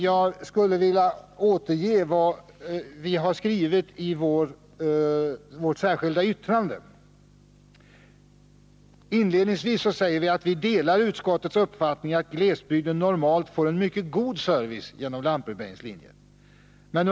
Jag skulle vilja återge vad vi skrivit i vårt särskilda yttrande: ”Vi delar utskottets uppfattning att glesbygden normalt får en mycket god service genom lantbrevbäringslinjer.